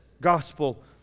gospel